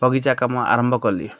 ବଗିଚା କାମ ଆରମ୍ଭ କଲି